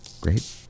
great